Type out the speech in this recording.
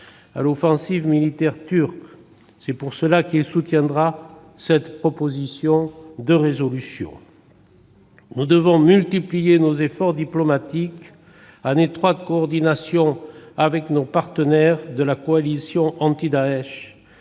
à l'offensive militaire » turque. C'est pourquoi il soutiendra cette proposition de résolution. Nous devons multiplier les efforts diplomatiques, en étroite coordination avec nos partenaires de la coalition anti-Daech,